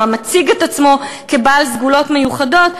או המציג את עצמו כבעל סגולות מיוחדות,